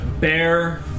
Bear